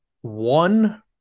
one